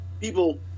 people